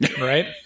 right